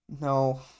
No